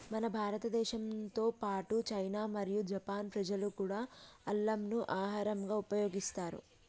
మన భారతదేశంతో పాటు చైనా మరియు జపాన్ ప్రజలు కూడా అల్లంను ఆహరంగా ఉపయోగిస్తారు